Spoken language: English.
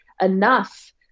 enough